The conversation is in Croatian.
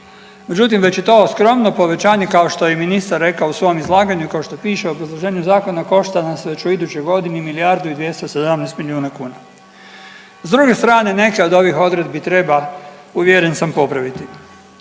međutim već i to skromno povećanje kao što je i ministar rekao u svom izlaganju, kao što piše u obrazloženju zakona košta nas već u idućoj godini milijardu i 217 milijuna kuna. S druge strane neke od ovih odredbi treba uvjeren sam popraviti.